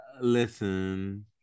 Listen